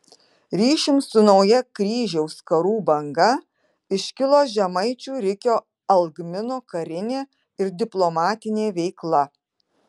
ryšium su nauja kryžiaus karų banga iškilo žemaičių rikio algmino karinė ir diplomatinė veikla